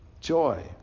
Joy